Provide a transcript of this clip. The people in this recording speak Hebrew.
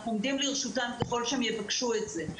אנחנו עומדים לרשותם, ככול שהם יבקשו את זה.